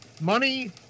Money